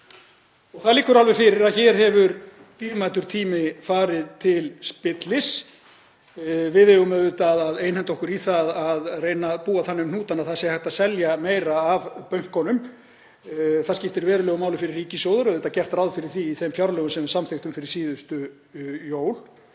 Það liggur alveg fyrir að hér hefur dýrmætur tími farið til spillis. Við eigum auðvitað að einhenda okkur í það að reyna að búa þannig um hnútana að það sé hægt að selja meira af bönkunum. Það skiptir verulegu máli fyrir ríkissjóð og gert er ráð fyrir því í þeim fjárlögum sem við samþykktum fyrir síðustu jól.